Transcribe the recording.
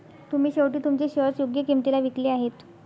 तुम्ही शेवटी तुमचे शेअर्स योग्य किंमतीला विकले आहेत